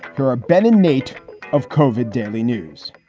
her a better nate of kova daily news